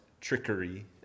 trickery